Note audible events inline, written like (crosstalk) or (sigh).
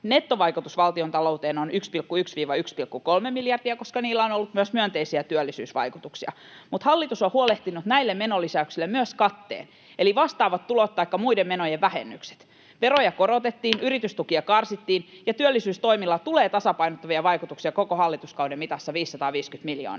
nettovaikutus valtiontalouteen on 1,1—1,3 miljardia, koska niillä on ollut myös myönteisiä työllisyysvaikutuksia, (noise) ja hallitus on huolehtinut näille menolisäyksille myös katteen eli vastaavat tulot taikka muiden menojen vähennykset: (noise) veroja korotettiin, yritystukia karsittiin, ja työllisyystoimilla tulee tasapainottavia vaikutuksia koko hallituskauden mitassa 550 miljoonaa.